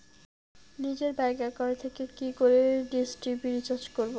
নিজের bank account থেকে কি করে ডিশ টি.ভি রিচার্জ করবো?